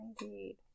Indeed